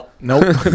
Nope